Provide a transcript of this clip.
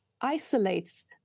isolates